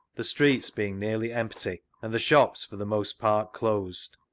the streets being nearly empty, and the shops for the most part closed.